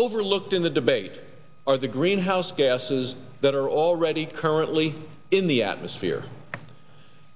overlooked in the debate or the greenhouse gases that are already currently in the atmosphere